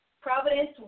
Providence